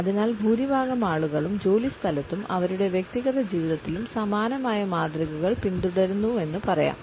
അതിനാൽ ഭൂരിഭാഗം ആളുകളും ജോലിസ്ഥലത്തും അവരുടെ വ്യക്തിഗത ജീവിതത്തിലും സമാനമായ മാതൃകകൾ പിന്തുടരുന്നുവെന്ന് പറയാം